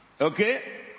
Okay